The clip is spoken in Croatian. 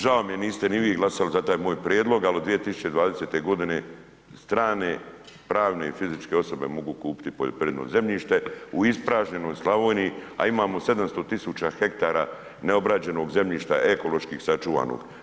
Žao mi je niste ni vi glasali za taj moj prijedlog ali od 2020. godine strane pravne i fizičke osobe mogu kupiti poljoprivredno zemljište u ispražnjenoj Slavoniji a imamo 700 tisuća hektara neobrađenog zemljišta ekološki sačuvanog.